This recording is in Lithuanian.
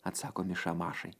atsako miša mašai